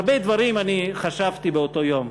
הרבה דברים אני חשבתי באותו יום,